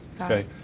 okay